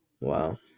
Wow